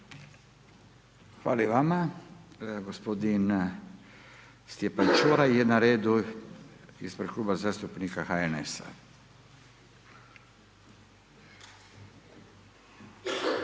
Hvala i vama. Gospodin Stjepan Čuraj je na redu ispred Kluba zastupnika HNS-a.